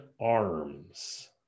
arms